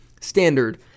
standard